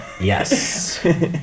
yes